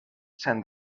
saint